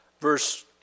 verse